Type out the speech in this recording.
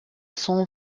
son